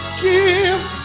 give